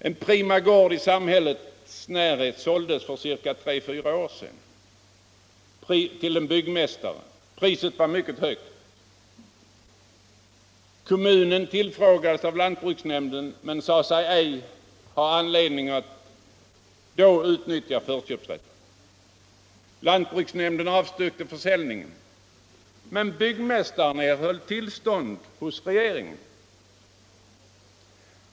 En prima gård i samhällets närhet såldes för tre eller fyra år sedan till en byggmästare. Priset var mycket högt. Kommunen tillfrågades av lantbruksnämnden men sade sig då inte ha anledning att utnyttja förköpsrätten. Lantbruksnämnden avstyrkte försäljningen till byggmästaren, men byggmästaren erhöll tillstånd hos regeringen.